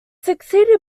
succeeded